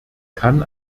kann